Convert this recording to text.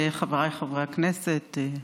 חבריי חברי הכנסת,